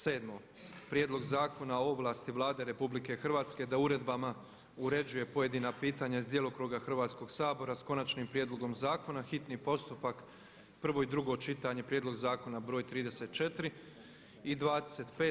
7.Prijedlog Zakona o ovlasti Vlade RH da uredbama uređuje pojedina pitanja iz djelokruga Hrvatskog sabora s konačnim prijedlogom zakona, hitni postupak, prvo i drugo čitanje, P.Z.BR.34. i 25.